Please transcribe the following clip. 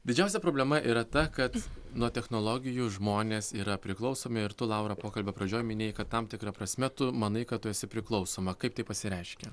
didžiausia problema yra ta kad nuo technologijų žmonės yra priklausomi ir tu laura pokalbio pradžioj minėjai kad tam tikra prasme tu manai kad tu esi priklausoma kaip tai pasireiškia